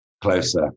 closer